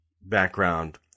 background